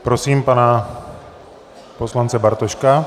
Prosím pana poslance Bartoška.